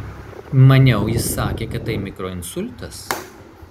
maniau jis sakė kad tai mikroinsultas